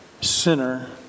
sinner